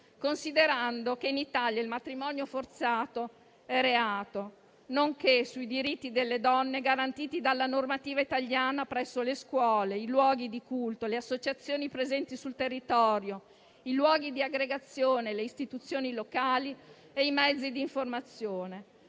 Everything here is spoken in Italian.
considerando che in Italia il matrimonio forzato è reato, nonché sui diritti delle donne garantiti dalla normativa italiana presso le scuole, i luoghi di culto, le associazioni presenti sul territorio, i luoghi di aggregazione, le istituzioni locali e i mezzi di informazione.